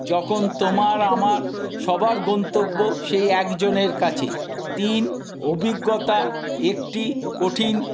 যখন তোমার আমার সবার গন্তব্য সেই একজনের কাছেই তিন অভিজ্ঞতা একটি কঠিন